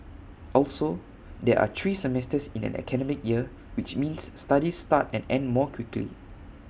also there are three semesters in an academic year which means studies start and end more quickly